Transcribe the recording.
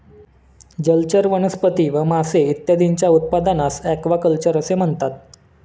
जलचर वनस्पती व मासे इत्यादींच्या उत्पादनास ॲक्वाकल्चर असे म्हणतात